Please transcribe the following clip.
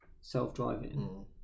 self-driving